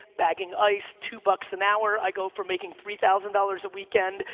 bagging ice, two bucks an hour, i go from making three thousand dollars a weekend,